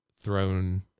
thrown